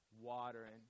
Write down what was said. watering